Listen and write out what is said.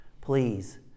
please